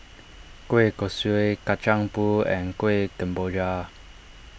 Kueh Kosui Kacang Pool and Kuih Kemboja